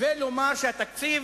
ולומר שהתקציב,